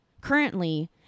Currently